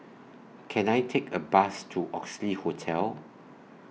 Can I Take A Bus to Oxley Hotel